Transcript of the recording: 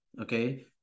okay